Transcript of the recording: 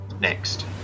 next